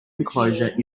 enclosure